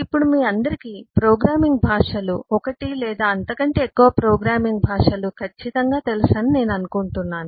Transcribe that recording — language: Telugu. ఇప్పుడు మీ అందరికీ ప్రోగ్రామింగ్ భాషలు ఒకటి లేదా అంతకంటే ఎక్కువ ప్రోగ్రామింగ్ భాషలు ఖచ్చితంగా తెలుసునని నేను అనుకుంటున్నాను